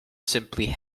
simply